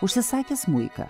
užsisakė smuiką